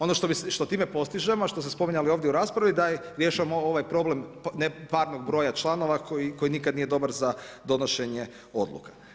Ono što time postižemo, a što ste spominjali ovdje u raspravi da rješavamo ovaj problem ne parnog broja članova koji nikad nije dobar za donošenje odluka.